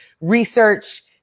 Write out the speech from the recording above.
research